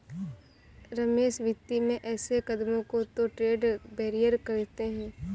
रमेश वित्तीय में ऐसे कदमों को तो ट्रेड बैरियर कहते हैं